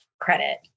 credit